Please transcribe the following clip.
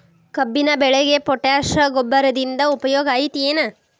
ಕಬ್ಬಿನ ಬೆಳೆಗೆ ಪೋಟ್ಯಾಶ ಗೊಬ್ಬರದಿಂದ ಉಪಯೋಗ ಐತಿ ಏನ್?